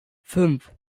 fünf